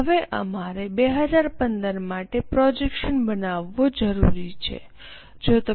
હવે આપણે 2015 માટે અનુમાન બનાવવું જરૂરી છે તમે છેલ્લા ભાગને વાંચી શકો છો